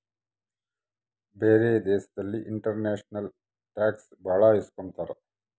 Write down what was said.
ಬೇರೆ ದೇಶದಲ್ಲಿ international tax ಭಾಳ ಇಸ್ಕೊತಾರ